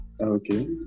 Okay